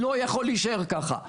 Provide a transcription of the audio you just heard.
לא יכול להישאר ככה.